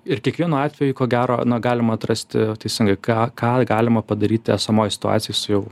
ir kiekvienu atveju ko gero na galima atrasti teisingai ką ką galima padaryti esamoj situacijoj su jau